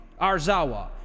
Arzawa